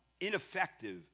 ineffective